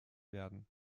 werden